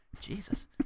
Jesus